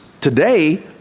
today